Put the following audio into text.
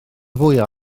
fwyaf